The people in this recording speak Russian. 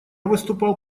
выступал